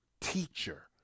teacher